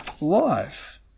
life